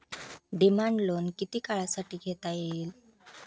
Demand loan किती काळासाठी घेता येईल?